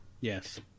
Yes